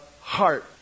heart